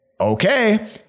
okay